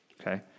Okay